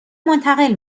منتقل